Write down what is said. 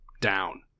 down